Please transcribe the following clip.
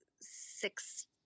six